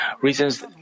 reasons